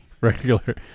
regular